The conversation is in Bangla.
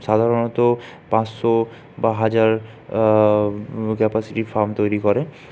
সাধারণত পাঁচশো বা হাজার ক্যাপাসিটির ফার্ম তৈরি করে